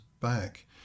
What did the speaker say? back